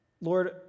Lord